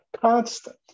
constant